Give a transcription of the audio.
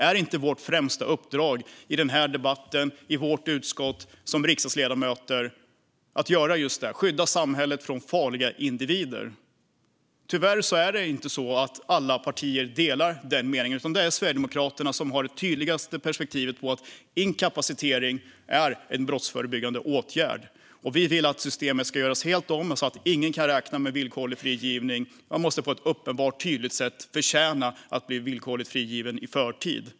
Är inte vårt främsta uppdrag i den här debatten, i vårt utskott, som riksdagsledamöter att göra just detta - skydda samhället från farliga individer? Tyvärr delar inte alla partier den meningen, utan det är Sverigedemokraterna som har det tydligaste perspektivet på att inkapacitering är en brottsförebyggande åtgärd. Vi vill att systemet ska göras om helt så att ingen kan räkna med villkorlig frigivning. Man måste på ett uppenbart, tydligt sätt förtjäna att bli villkorligt frigiven i förtid.